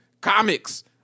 Comics